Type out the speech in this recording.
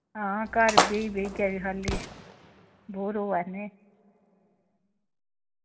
हां घर बेही बेहियै बी खाल्ली बोर होआ ने